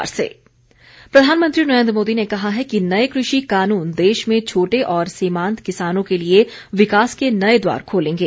प्रधानमंत्री प्रधानमंत्री नरेंद्र मोदी ने कहा है कि नए कृषि कानून देश में छोटे और सीमांत किसानों के लिए विकास के नये द्वार खोलेंगे